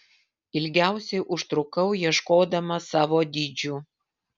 ilgiausiai užtrukau ieškodama savo dydžių